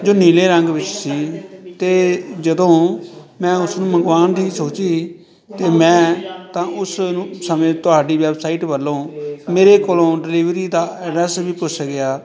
ਜੋ ਨੀਲੇ ਰੰਗ ਵਿੱਚ ਸੀ ਅਤੇ ਜਦੋਂ ਮੈਂ ਉਸਨੂੰ ਮੰਗਵਾਉਣ ਦੀ ਸੋਚੀ ਤਾਂ ਮੈਂ ਤਾਂ ਉਸ ਨੂੰ ਸਮੇਂ ਤੁਹਾਡੀ ਵੈਬਸਾਈਟ ਵੱਲੋਂ ਮੇਰੇ ਕੋਲੋਂ ਡਿਲੀਵਰੀ ਦਾ ਅਡਰੈਸ ਵੀ ਪੁੱਛ ਗਿਆ